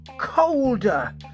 colder